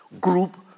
group